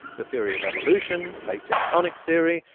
the theory of evolution, plate tectonic theory,